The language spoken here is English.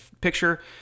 picture